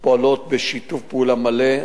פועלות בשיתוף פעולה מלא.